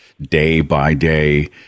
day-by-day